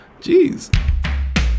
Jeez